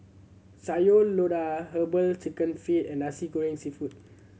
Sayur Lodeh Herbal Chicken Feet and Nasi Goreng Seafood